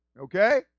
Okay